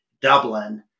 Dublin